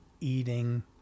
eating